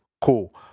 cool